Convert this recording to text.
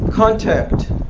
Contact